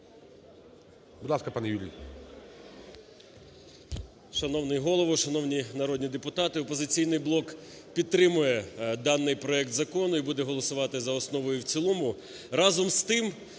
Будь ласка, пане Юрію.